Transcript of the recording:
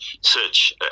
search